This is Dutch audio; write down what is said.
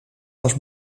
was